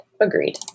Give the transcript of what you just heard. Agreed